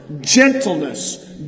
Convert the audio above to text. Gentleness